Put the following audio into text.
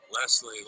Leslie